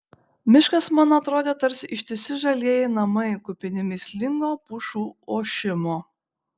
miškas man atrodė tarsi ištisi žalieji namai kupini mįslingo pušų ošimo